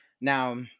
Now